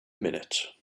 minute